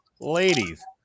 Ladies